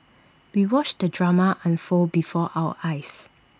we watched the drama unfold before our eyes